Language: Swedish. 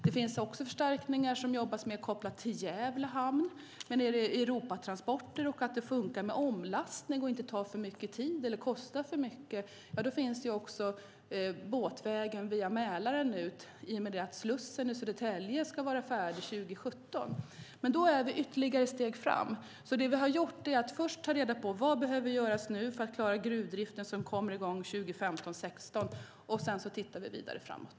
Det jobbas också med förstärkningar kopplade till Gävle hamn. Men är det Europatransporter och det fungerar med omlastning och inte tar för mycket tid eller kostar för mycket finns också båtvägen via Mälaren och ut, i och med att slussen i Södertälje ska vara färdig 2017. Men då är vi ytterligare steg framåt. Det vi har gjort handlar om att först ta reda på vad som nu behöver göras för att klara gruvdriften som kommer i gång 2015-2016. Sedan tittar vi vidare framåt.